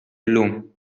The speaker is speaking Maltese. llum